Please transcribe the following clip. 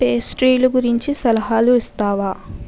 పేస్ట్రీలు గురించి సలహాలు ఇస్తావా